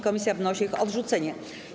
Komisja wnosi o ich odrzucenie.